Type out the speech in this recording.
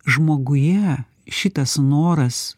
žmoguje šitas noras